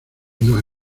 nos